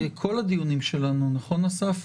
הדיונים שלנו היום נכון, אסף?